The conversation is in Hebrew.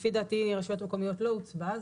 לפי דעתי "רשויות מקומיות" לא הוצבע.